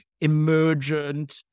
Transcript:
emergent